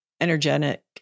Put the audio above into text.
energetic